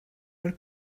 mal